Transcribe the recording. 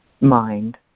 mind